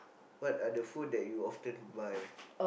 what are the food that you often buy